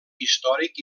històric